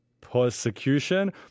persecution